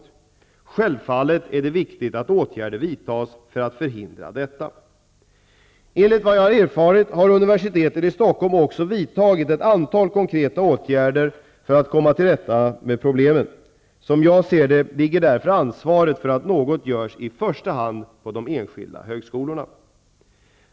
Det är självfallet viktigt att åtgärder vidtas för att förhindra detta. Enligt vad jag erfarit har universitetet i Stockholm också vidtagit ett antal konkreta åtgärder för att komma till rätta med problemet. Som jag ser det ligger därför ansvaret för att något görs i första hand på de enskilda högskolorna.